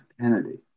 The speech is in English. Kennedy